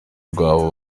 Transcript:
rwabo